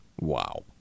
Wow